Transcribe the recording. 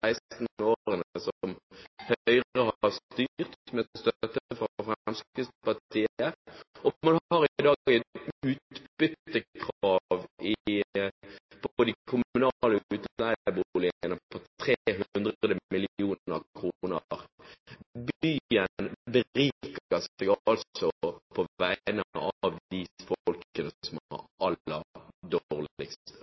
de siste 16 årene mens Høyre har styrt med støtte fra Fremskrittspartiet, og man har i dag et utbyttekrav på de kommunale utleieboligene på 300 mill. kr. Byen beriker seg altså på vegne av dem som har